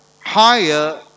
higher